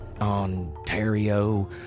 Ontario